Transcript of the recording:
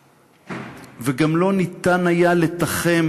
וגם לא היה אפשר לתחם,